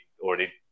already